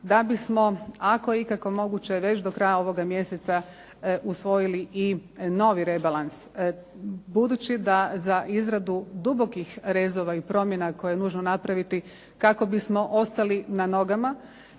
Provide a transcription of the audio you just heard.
da bismo ako je ikako moguće već do kraja ovoga mjeseca usvojili i novi rebalans. Budući da za izradu dubokih rezova i promjena koje je nužno napraviti kako bismo ostali na nogama,